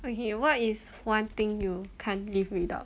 okay what is one thing you can't live without